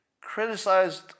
criticized